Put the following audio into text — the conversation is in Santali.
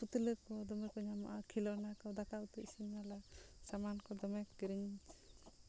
ᱯᱩᱛᱞᱟᱹ ᱠᱚᱦᱚᱸ ᱫᱚᱢᱮ ᱠᱚ ᱧᱟᱢᱚᱜᱼᱟ ᱠᱷᱮᱞᱳᱱᱟ ᱠᱚ ᱫᱟᱠᱟ ᱩᱛᱩ ᱤᱥᱤᱱᱟᱞᱮ ᱥᱟᱢᱟᱱ ᱠᱚ ᱫᱚᱢᱮ ᱠᱤᱨᱤᱧ